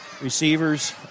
Receivers